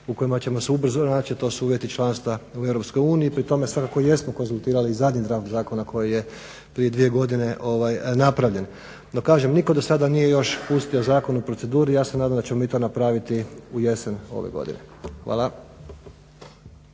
u kojima ćemo se ubrzo naći, a to su uvjeti članstva u EU pri tome svakako jesmo konzultirali zadnji draft zakona koji je prije dvije godine napravljen. No kažem, nitko do sada nije još pustio zakon u proceduru i ja se nadam da ćemo mi to napraviti u jesen ove godine. Hvala.